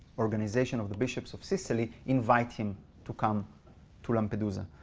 organization of the bishops of sicily invite him to come to lampedusa.